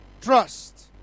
trust